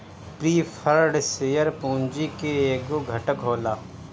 preferred share पूंजी के एगो घटक होला